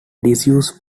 disused